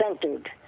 centered